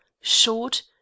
short